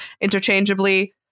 interchangeably